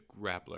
grappler